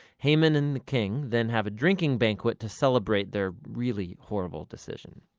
haman and the king then have a drinking banquet to celebrate their really horrible decision.